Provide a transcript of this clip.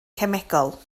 cemegol